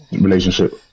relationship